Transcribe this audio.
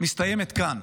מסתיימת כאן.